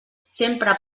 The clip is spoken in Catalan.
sempre